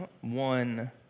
one